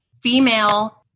female